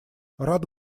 рад